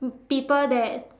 people that